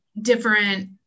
different